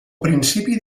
principi